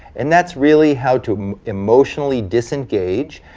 and that's really how to emotionally disengage,